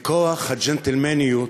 מכוח הג'נטלמניות,